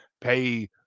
pay